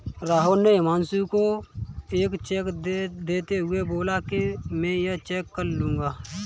राहुल ने हुमांशु को एक चेक देते हुए बोला कि मैं ये चेक कल लूँगा